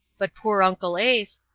but poor uncle ase.